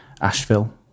Asheville